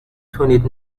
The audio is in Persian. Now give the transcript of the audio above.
توانید